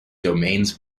domains